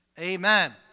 amen